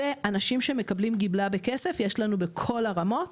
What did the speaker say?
ואנשים שמקבלים גמלה בכסף יש לנו בכל הרמות